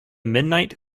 midnight